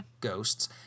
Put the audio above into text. ghosts